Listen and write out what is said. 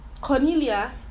Cornelia